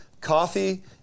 Coffee